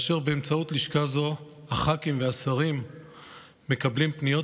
ובאמצעות לשכה זו הח"כים והשרים מקבלים פניות